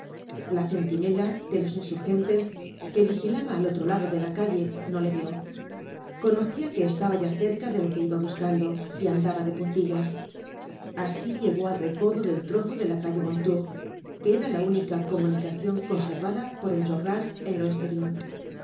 la centinela de los insurgentes que vigilaba al otro lado de la calle no le vió conocía que estaba ya cerca de lo que iba buscando y andaba de puntillas asi llegó al recodo del trozo de la calle mondetour que era la única comunicacion conservada por enjolras con lo esterior en